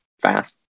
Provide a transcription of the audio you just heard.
fast